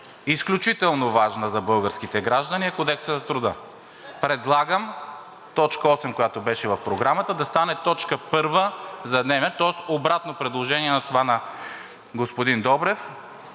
изключително важна за българските граждани, е Кодексът на труда. Предлагам точка осем, която беше в Програмата, да стане точка първа за днес, тоест обратно предложение на това на господин Добрев,